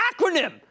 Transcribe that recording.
acronym